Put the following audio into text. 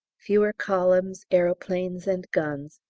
fewer columns, aeroplanes, and guns,